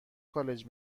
کالج